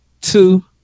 two